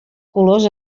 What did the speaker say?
colors